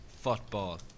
football